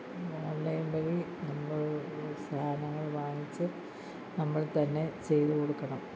online വഴി നമ്മൾ സാധനങ്ങൾ വാങ്ങിച്ച് നമ്മൾ തന്നെ ചെയ്തു കൊടുക്കണം